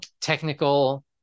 technical